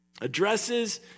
addresses